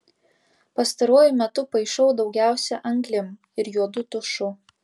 pastaruoju metu paišau daugiausia anglim ir juodu tušu